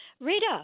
Rita